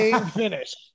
finish